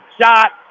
Shot